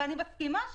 אני מסכימה,